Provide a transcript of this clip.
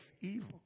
evil